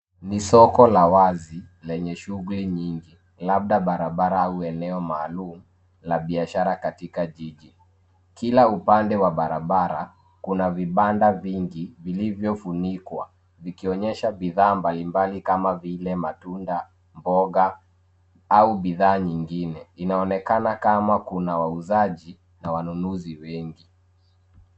Ni soko la wazi lenye shugli nyngi labda barabara au eneo maalum la biashara katika jiji. Kila upande wa barabara kuna vibanda vingi vilivyofunikwa vikionyesha bidhaa mbalimbali kama vile matunda, mboga au bidhaa nyingine, inaonekana kama kuna wauzaji na wanunuzi wengi.